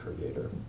creator